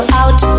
out